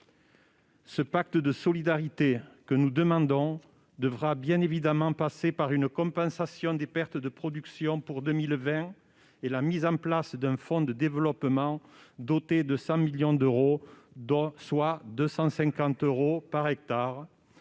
Le pacte de solidarité que nous demandons devra évidemment passer par la compensation des pertes de production subies en 2020 et la mise en place d'un fonds de développement doté de 100 millions d'euros, soit 250 euros par hectare,